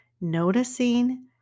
noticing